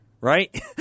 Right